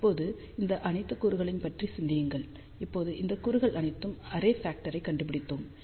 இப்போது இந்த அனைத்து கூறுகளையும் பற்றி சிந்தியுங்கள் இப்போது இந்த கூறுகள் அனைத்தின் அரே ஃபக்டரைக் கண்டுபிடித்தோம்